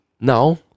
Now